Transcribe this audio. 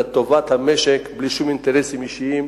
לטובת המשק, בלי שום אינטרסים אישיים.